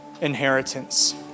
inheritance